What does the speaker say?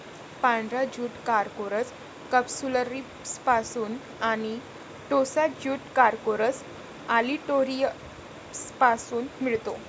पांढरा jute Corchorus कॅप्सुलरिसपासून आणि टोसा ज्यूट कॉर्कोरस ऑलिटोरियसपासून मिळतो